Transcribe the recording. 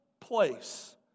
place